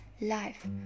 life